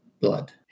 blood